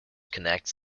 connects